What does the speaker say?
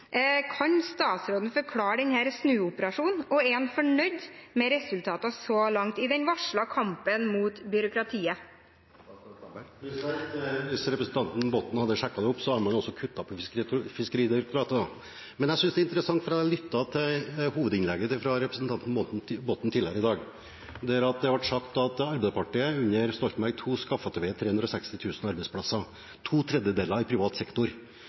Kan statsråden forklare denne snuoperasjonen? Er han fornøyd med resultatene så langt i den varslede kampen mot byråkratiet? Hvis representanten Botten hadde sjekket det opp – man har også kuttet i Fiskeridirektoratet. Men jeg synes det er interessant, for jeg lyttet til hovedinnlegget fra representanten Botten tidligere i dag, der det ble sagt at Arbeiderpartiet under Stoltenberg II skaffet til veie 360 000 arbeidsplasser – to tredjedeler i privat sektor